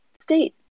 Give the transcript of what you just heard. state